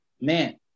man